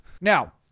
Now